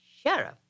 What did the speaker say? Sheriff